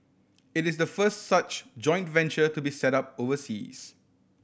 it is the first such joint to be set up overseas